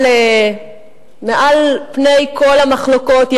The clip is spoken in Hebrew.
מעל פני כל המחלוקות,